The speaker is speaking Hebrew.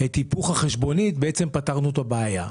את היפוך החשבונית, בעצם פתרנו את הבעיה.